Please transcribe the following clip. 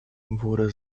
wurde